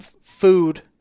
food